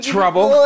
Trouble